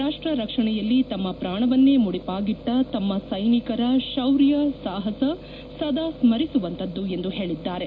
ರಾಷ್ಟ ರಕ್ಷಣೆಯಲ್ಲಿ ತಮ್ಮ ಪೂಣವನ್ನೇ ಮುಡಿಪಾಗಿಟ್ಟ ತಮ್ಮ ಸೈನಿಕರ ಶೌರ್ಯ ಸಾಪಸ ಸದಾ ಸ್ಮರಿಸುವಂತದ್ದು ಎಂದು ಹೇಳಿದರು